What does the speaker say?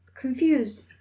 confused